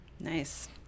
Nice